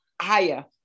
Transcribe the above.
higher